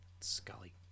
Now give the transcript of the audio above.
Scully